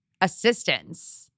assistance